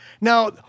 Now